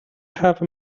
have